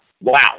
wow